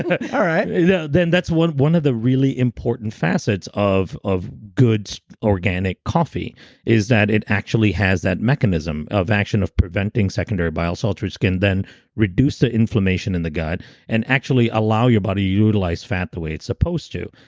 ah all right yeah then that's one one of the really important facets of of good organic coffee is that it actually has that mechanism of action of preventing secondary bile salts, which can then reduce the inflammation in the gut and actually allow your body to utilize fat the way it's supposed to.